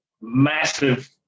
massive